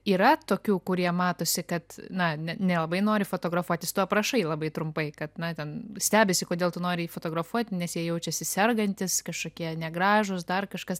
yra tokių kurie matosi kad na nelabai nori fotografuotis tu aprašai labai trumpai kad na ten stebisi kodėl tu nori jį fotografuoti nes jie jaučiasi sergantys kažkokie negražūs dar kažkas